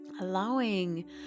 allowing